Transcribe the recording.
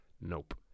Nope